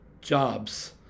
jobs